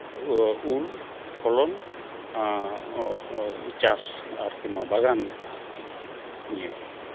ᱩᱞ ᱯᱷᱚᱞᱚᱱ ᱪᱟᱥ ᱟᱨᱠᱤ ᱱᱚᱣᱟ ᱵᱟᱜᱟᱱ ᱟᱨᱠᱤ ᱱᱤᱭᱟᱹ ᱜᱮ